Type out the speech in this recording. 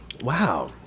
Wow